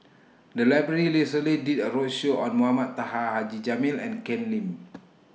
The Library recently did A roadshow on Mohamed Taha Haji Jamil and Ken Lim